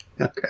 Okay